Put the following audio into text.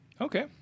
Okay